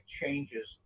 changes